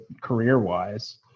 career-wise